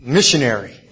Missionary